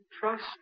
trust